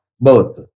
birth